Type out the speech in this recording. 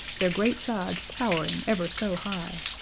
their great sides towering ever so high,